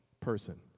person